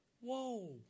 Whoa